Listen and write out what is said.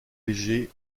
léger